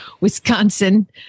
Wisconsin